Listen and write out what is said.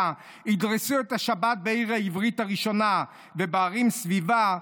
ידרסו את השבת בעיר העברית הראשונה ובערים סביבה,